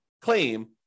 claim